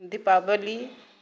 Deepawali